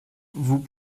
vous